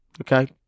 Okay